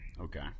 Okay